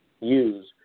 use